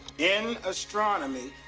in astronomy,